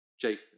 Jacob